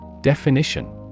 Definition